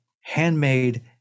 handmade